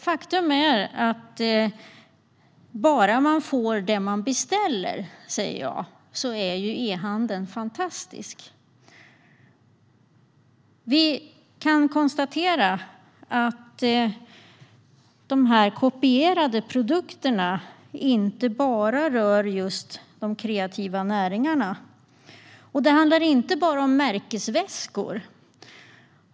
Faktum är att e-handeln är fantastisk, om man bara får det man beställer. Vi kan dock konstatera att de här kopierade produkterna inte bara rör just de kreativa näringarna. Det handlar inte heller bara om märkesväskor.